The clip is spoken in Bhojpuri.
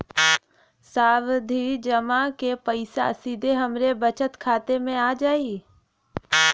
सावधि जमा क पैसा सीधे हमरे बचत खाता मे आ जाई?